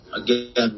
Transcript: again